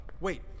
Wait